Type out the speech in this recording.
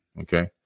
Okay